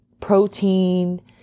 protein